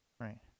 Right